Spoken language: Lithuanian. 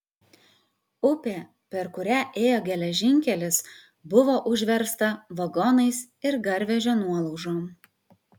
upė per kurią ėjo geležinkelis buvo užversta vagonais ir garvežio nuolaužom